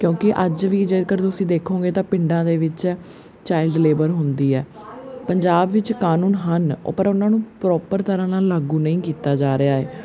ਕਿਉਂਕਿ ਅੱਜ ਵੀ ਜੇਕਰ ਤੁਸੀਂ ਦੇਖੋਗੇ ਤਾਂ ਪਿੰਡਾਂ ਦੇ ਵਿੱਚ ਚਾਇਲਡ ਲੇਬਰ ਹੁੰਦੀ ਹੈ ਪੰਜਾਬ ਵਿੱਚ ਕਾਨੂੰਨ ਹਨ ਪਰ ਉਹਨਾਂ ਨੂੰ ਪ੍ਰੋਪਰ ਤਰ੍ਹਾਂ ਨਾਲ ਲਾਗੂ ਨਹੀਂ ਕੀਤਾ ਜਾ ਰਿਹਾ ਹੈ